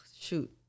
shoot